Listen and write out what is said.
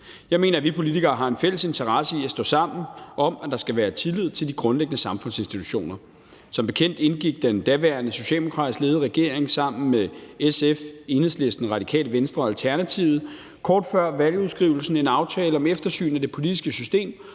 Jeg mener, at vi politikere har en fælles interesse i at stå sammen om, at der skal være tillid til de grundlæggende samfundsinstitutioner. Som bekendt indgik den daværende socialdemokratisk ledederegering sammen med SF, Enhedslisten, Radikale Venstre og Alternativet kort før valgudskrivelsen en aftale om et eftersyn af det politiske system